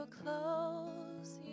close